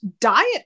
diet